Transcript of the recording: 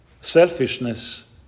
selfishness